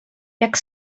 jak